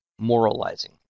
moralizing